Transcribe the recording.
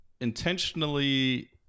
intentionally